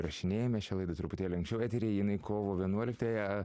įrašinėjame šią laidą truputėlį anksčiau eteryje jinai kovo vienuoliktąją